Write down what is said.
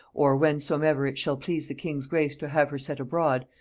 or whensomever it shall please the king's grace to have her set abroad,